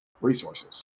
resources